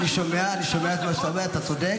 אני שומע, אני שומע את מה שאתה אומר, אתה צודק.